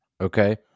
okay